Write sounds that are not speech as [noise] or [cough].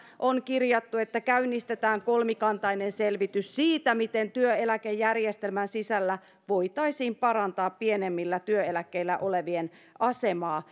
on kirjattu että käynnistetään kolmikantainen selvitys siitä miten työeläkejärjestelmän sisällä voitaisiin parantaa pienemmillä työeläkkeillä olevien asemaa [unintelligible]